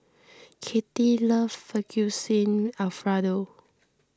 Katie loves Fettuccine Alfredo